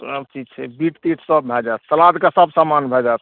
सभचीज छै बीट तीट सभ भए जायत सलादके सभ सामान भए जायत